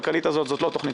דבר.